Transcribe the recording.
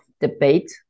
debate